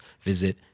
visit